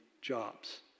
jobs